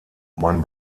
man